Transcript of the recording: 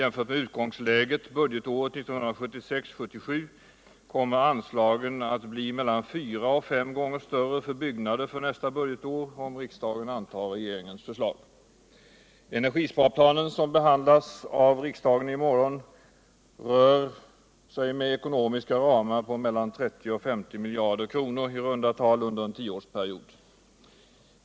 Om riksdagen antar regeringens förslag kommer anslagen för byggnader för nästa budgetår att bli mellan fyra och fem gånger större än för budgetåret 1976/77. Energisparplanen, som behandlas av riksdagen i morgon, rör sig med ckonomiska ramar på mellan 30 och 50 miljarder kronor, i runda tal, under en tioårsperiod.